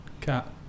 cat